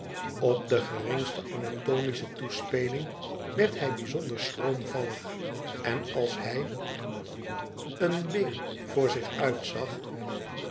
op de geringste anatomische toespelling werd hij bijzonder schroomvallig en als hij een been voor zich uit zag